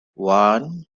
one